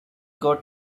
got